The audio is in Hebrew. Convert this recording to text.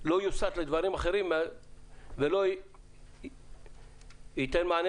לא יוסט לדברים אחרים ולא ייתן מענה